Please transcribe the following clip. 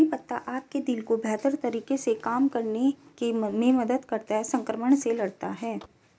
करी पत्ता आपके दिल को बेहतर तरीके से काम करने में मदद करता है, संक्रमण से लड़ता है